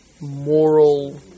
moral